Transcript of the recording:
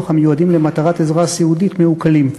המיועדים למטרת עזרה סיעודית מעוקלים.